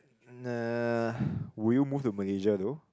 uh ppo would you move to malaysia though